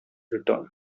return